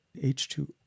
H2